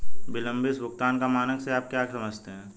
विलंबित भुगतान का मानक से आप क्या समझते हैं?